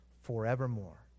forevermore